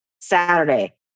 Saturday